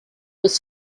was